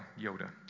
Yoda